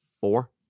four